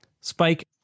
Spike